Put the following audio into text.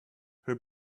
her